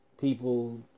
people